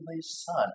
son